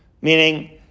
Meaning